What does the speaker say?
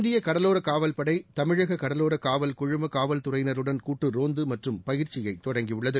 இந்திய கடலோர காவல்படை தமிழக கடலோர காவல் குழும காவல்துறையினருடன் கூட்டு ரோந்து மற்றும் பயிற்சியை தொடங்கியுள்ளது